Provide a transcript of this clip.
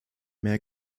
mehr